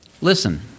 listen